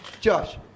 Josh